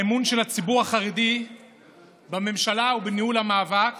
האמון של הציבור החרדי בממשלה או בניהול המאבק